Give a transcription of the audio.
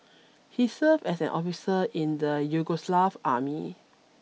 he served as an officer in the Yugoslav army